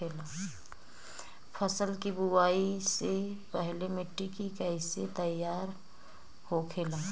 फसल की बुवाई से पहले मिट्टी की कैसे तैयार होखेला?